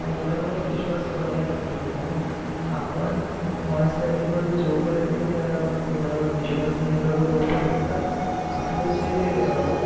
घोड्यावर विश्वास करायला पाहिजे कारण आपण हॉर्स राइडिंगमध्ये जोपर्यंत त्या घोड्यावर विश्वास नाही करू तोपर्यंत आपलं जे